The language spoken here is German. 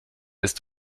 ist